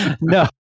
No